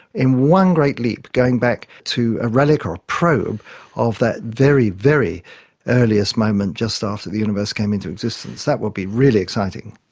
in one great leap, going back to a relic or a probe of that very, very earliest moment, just after the universe came into existence. that would be really exciting.